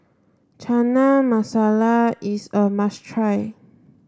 Chana Masala is a must try